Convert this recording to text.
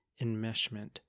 enmeshment